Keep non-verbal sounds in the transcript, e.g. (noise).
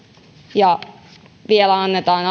ja vielä annetaan (unintelligible)